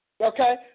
okay